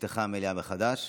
נפתחה המליאה מחדש.